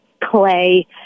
clay